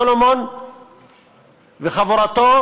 סלומון וחבורתו,